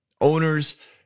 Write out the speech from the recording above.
owners